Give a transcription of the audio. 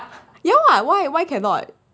ya [what] why why cannot